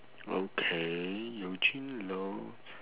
okay eugene loh